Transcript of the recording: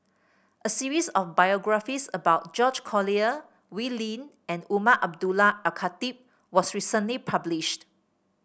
a series of biographies about George Collyer Wee Lin and Umar Abdullah Al Khatib was recently published